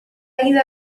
ainda